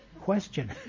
question